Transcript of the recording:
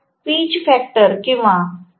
तर pitch factor किंवा